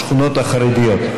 בשכונות החרדיות.